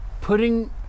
putting